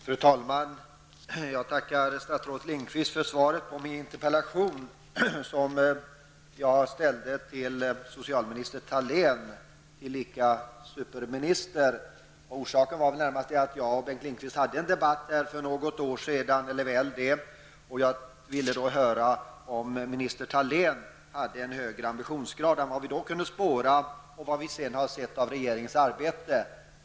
Fru talman! Jag tackar statsrådet Lindqvist för svaret på min interpellation, som jag ställde till socialminister Thalén, tillika superminister. Orsaken var närmast att jag och Bengt Lindqvist hade en debatt för drygt ett år sedan. Jag vill nu höra om minister Thalén har en högre ambitionsgrad än vad vi då kunde spåra och sedan har sett av regeringens arbete.